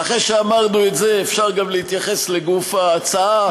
ואחרי שאמרנו את זה אפשר להתייחס גם לגוף ההצעה,